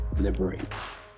liberates